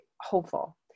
hopeful